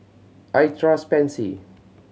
I trust Pansy